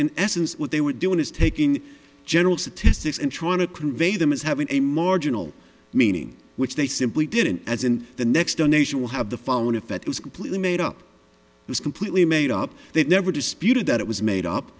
in essence what they were doing is taking general statistics and trying to convey them as having a marginal meaning which they simply didn't as and the next donation will have the phone if it was completely made up was completely made up they'd never disputed that it was made up